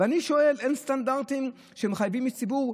ואני שואל: אין סטנדרטים שמחייבים איש ציבור?